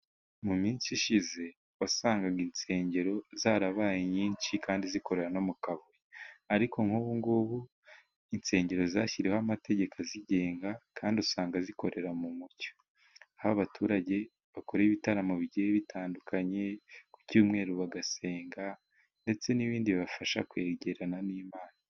Mu minsi ishize, wasangaga insengero zarabaye nyinshi kandi zikorera no mu kavuyo, ariko nk'ubugubu insengero zashyiriweho amategeko azigenga kandi usanga zikorera mu mucyo. Aho abaturage bakora ibitaramo bigiye bitandukanye, ku cyumweru bagasenga ndetse n'ibindi bibafasha kwegerana n'Imana.